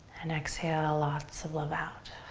and exhale, lots of love out.